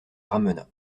ramena